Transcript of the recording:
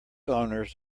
owners